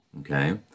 Okay